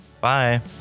Bye